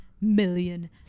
million